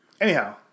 anyhow